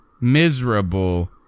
miserable